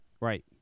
Right